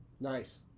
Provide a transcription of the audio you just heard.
Nice